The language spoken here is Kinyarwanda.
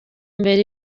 mbere